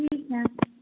ٹھیک ہے